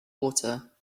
water